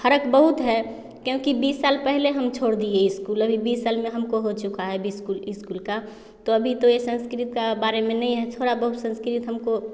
फ़र्क़ बहुत है क्योंकि बीस साल पहले हम छोड़ दिए इस्कूल अभी बीस साल में हमको हो चुका है अभी इस्कूल इस्कूल का तो अभी तो यह संस्कृत का बारे में नहीं है थोड़ी बहुत संस्कृत हमको